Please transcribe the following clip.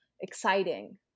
exciting